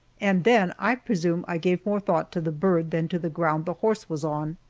and then i presume i gave more thought to the bird than to the ground the horse was on.